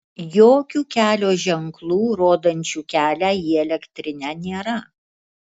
jokių kelio ženklų rodančių kelią į elektrinę nėra